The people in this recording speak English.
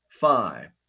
five